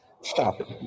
stop